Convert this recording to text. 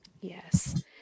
Yes